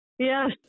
Yes